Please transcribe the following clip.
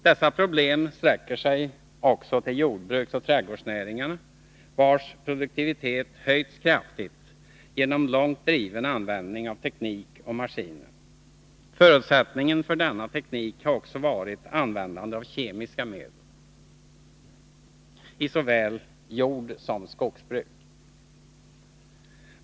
Dessa problem sträcker sig också till jordbruksoch trädgårdsnäringarna, vilkas produktivitet höjts kraftigt genom långt driven användning av teknik och maskiner. Förutsättningen för denna teknik har också varit användande av kemiska medel i såväl jordsom skogsbruk.